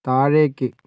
താഴേക്ക്